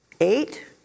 Eight